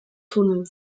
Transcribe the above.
tunnel